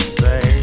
say